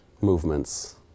movements